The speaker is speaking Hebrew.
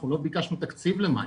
אנחנו לא ביקשנו תקציב למים,